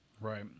Right